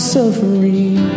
suffering